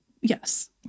yes